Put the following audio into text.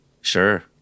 Sure